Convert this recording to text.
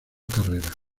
carrera